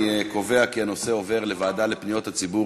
אני קובע כי הנושא עובר לוועדה לפניות הציבור